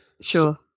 sure